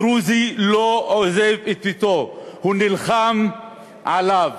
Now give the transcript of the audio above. דרוזי לא עוזב את ביתו, הוא נלחם עליו.